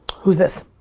who's this?